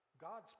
God's